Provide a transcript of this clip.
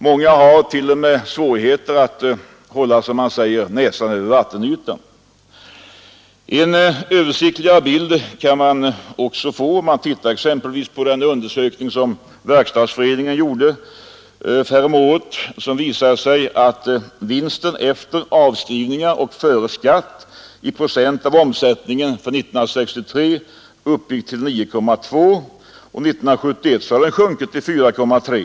Många har t.o.m. svårigheter att som man säger hålla näsan över vattenytan. Man kan få en mera översiktlig bild genom att studera resultatet av den undersökning som Verkstadsföreningen gjorde häromåret och som visar att vinsten, efter avskrivningar och före skatt, i procent av omsättningen är 1963 uppgick till 9,2 och 1971 hade sjunkit till 4,3.